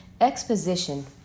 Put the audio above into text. Exposition